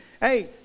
Hey